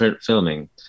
filming